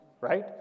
right